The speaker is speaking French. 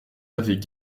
avaient